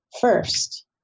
first